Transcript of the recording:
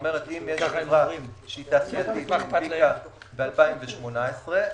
כלומר אם יש חברה תעשייתית שהנפיקה ב-2018,